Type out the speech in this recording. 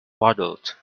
waddled